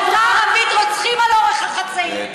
אבל בחברה הערבית רוצחים על אורך החצאית.